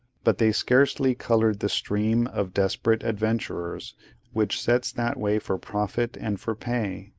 but they scarcely coloured the stream of desperate adventurers which sets that way for profit and for pay.